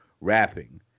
rapping